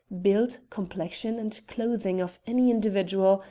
build, complexion, and clothing of any individual,